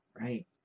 right